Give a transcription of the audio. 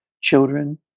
children